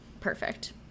Perfect